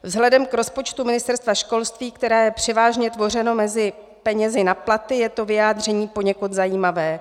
Vzhledem k rozpočtu Ministerstva školství, které je převážně tvořeno penězi na platy, je to vyjádření poněkud zajímavé.